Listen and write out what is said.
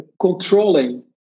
controlling